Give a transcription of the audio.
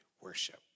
worship